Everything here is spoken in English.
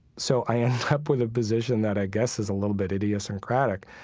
so i end up with a position that i guess is a little bit idiosyncratic,